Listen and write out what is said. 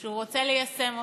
שהוא רוצה ליישם.